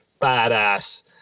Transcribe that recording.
Badass